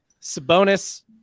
sabonis